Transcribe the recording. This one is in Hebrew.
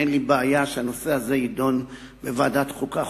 אין לי בעיה שהנושא הזה יידון בוועדת חוקה,